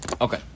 Okay